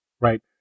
right